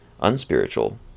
unspiritual